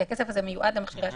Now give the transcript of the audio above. כי הוא מיועד למכשירי שמיעה.